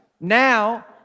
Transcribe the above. Now